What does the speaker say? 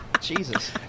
Jesus